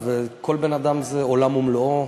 כל בן-אדם הוא עולם ומלואו,